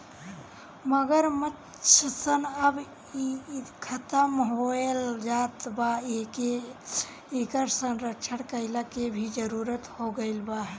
मगरमच्छ सन अब खतम होएल जात बा एसे इकर संरक्षण कईला के भी जरुरत हो गईल बा